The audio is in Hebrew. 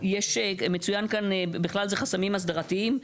יש כאן, מצוין כאן, בכלל זה חסמים אסדרתיים.